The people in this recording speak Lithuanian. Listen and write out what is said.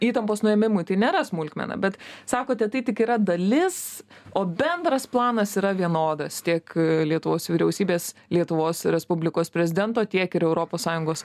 įtampos nuėmimui tai nėra smulkmena bet sakote tai tik yra dalis o bendras planas yra vienodas tiek lietuvos vyriausybės lietuvos respublikos prezidento tiek ir europos sąjungos